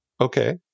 okay